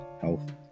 health